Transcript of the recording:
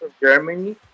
Germany